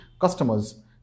customers